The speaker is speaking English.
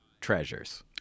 treasures